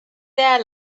their